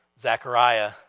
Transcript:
Zechariah